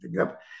up